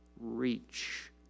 reach